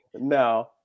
No